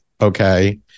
Okay